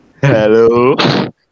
hello